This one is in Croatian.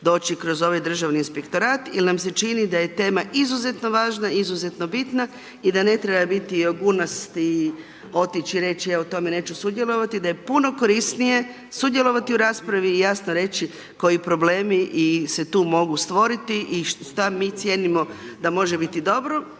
doći kroz ovaj Državni inspektorat jer nam se čini da je tema izuzetno važna i izuzetno bitna i da ne treba biti .../Govornik se ne razumije./... i otići i reći ja u tome neću sudjelovati, da je puno korisnije sudjelovati u raspravi i jasno reći koji problemi se tu mogu stvoriti i šta mi cijenimo da može biti dobro